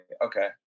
Okay